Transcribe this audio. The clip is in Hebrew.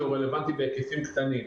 או רלוונטי בהיקפים קטנים.